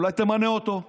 אולי תמנה אותו,